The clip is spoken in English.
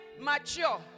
mature